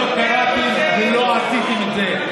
לא קראתם ולא עשיתם את זה.